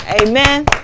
Amen